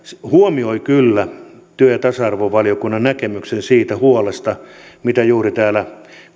huomioi kyllä työ ja tasa arvovaliokunnan näkemyksen siitä huolesta mitä juuri täällä